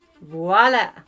Voila